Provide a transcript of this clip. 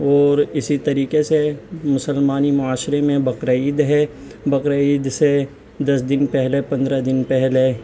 اور اسی طریقے سے مسلمانی معاشرے میں بقرہ عید ہے بقرہ عید سے دس دن پہلے پندرہ دن پہلے